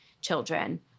children